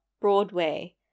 Broadway